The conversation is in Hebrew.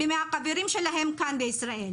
ומהחברים שלהם כאן בישראל,